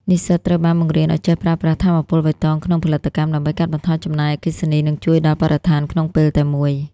និស្សិតត្រូវបានបង្រៀនឱ្យចេះប្រើប្រាស់ "ថាមពលបៃតង" ក្នុងផលិតកម្ម ដើម្បីកាត់បន្ថយចំណាយអគ្គិសនី និងជួយដល់បរិស្ថានក្នុងពេលតែមួយ។